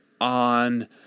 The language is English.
on